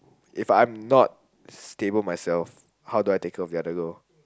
if I'm not stable myself how do I take care of the other girl